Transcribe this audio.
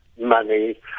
money